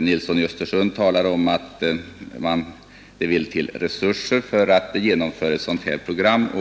Nilsson i Östersund talar om att det vill till att det finns resurser för att genomföra ett sådant program.